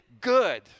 good